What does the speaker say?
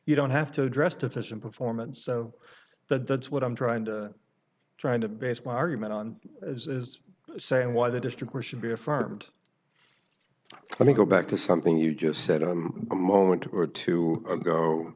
you don't have to address deficient performance that that's what i'm trying to try to base my argument on as saying why the district where should be affirmed let me go back to something you just said a moment or two ago